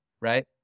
right